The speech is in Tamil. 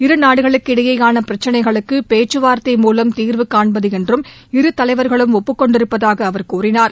இரு நாடுகளுக்கிடையேயான பிரச்சினைகளுக்கு பேச்சுவார்த்தை மூலம் தீர்வு காண்பது என்றும் இரு தலைவர்களும் ஒப்புக் கொண்டிருப்பதாக அவர் கூறினார்